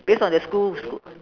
base on their school sch~